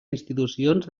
institucions